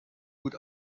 gut